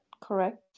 correct